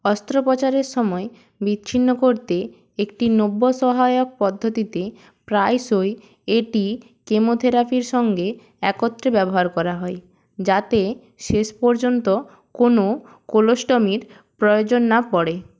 অস্ত্রোপচারের সময় বিচ্ছিন্ন করতে একটি নব্য সহায়ক পদ্ধতিতে প্রায়শই এটি কেমোথেরাপির সঙ্গে একত্রে ব্যবহার করা হয় যাতে শেষ পর্যন্ত কোনও কোলোস্টমির প্রয়োজন না পড়ে